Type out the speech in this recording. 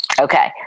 Okay